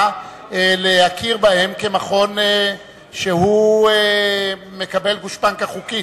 להכיר בהם כמכון שמקבל גושפנקה חוקית.